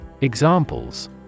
Examples